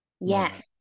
Yes